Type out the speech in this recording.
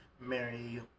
Mary